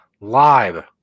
live